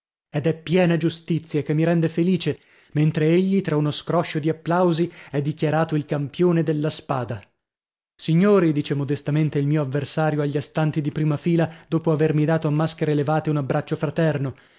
ed è piena giustizia che mi rende felice mentre egli tra uno scroscio di applausi è dichiarato il campione della spada signori dice modestamente il mio avversario agli astanti di prima fila dopo avermi dato a maschere levate un abbraccio fraterno